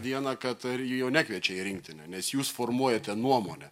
dieną kad jo nekviečia į rinktinę nes jūs formuojate nuomonę